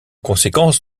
conséquence